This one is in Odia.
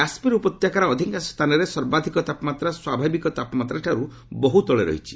କାଶ୍ମୀର ଉପତ୍ୟକାର ଅଧିକାଂଶ ସ୍ଥାନରେ ସର୍ବାଧିକ ତାପମାତ୍ରା ସ୍ୱାଭାବିକ ତାପମାତ୍ରାଠାରୁ ବହୁ ତଳେ ରହିଛି